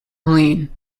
helene